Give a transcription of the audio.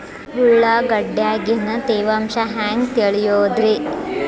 ಉಳ್ಳಾಗಡ್ಯಾಗಿನ ತೇವಾಂಶ ಹ್ಯಾಂಗ್ ತಿಳಿಯೋದ್ರೇ?